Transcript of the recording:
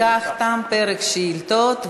בכך תם פרק השאילתות.